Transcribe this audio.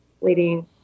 leading